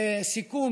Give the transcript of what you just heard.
לסיכום,